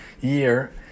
year